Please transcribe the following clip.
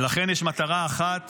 ולכן יש מטרה אחת